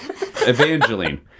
Evangeline